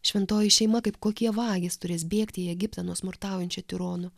šventoji šeima kaip kokie vagys turės bėgti į egiptą nuo smurtaujančio tirono